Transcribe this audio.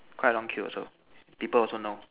quite a long queue also people also know